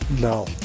No